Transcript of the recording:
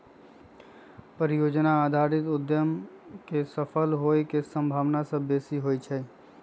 परिजोजना आधारित उद्यम के सफल होय के संभावना सभ बेशी होइ छइ